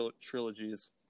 trilogies